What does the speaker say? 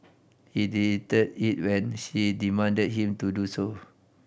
he deleted it when she demanded him to do so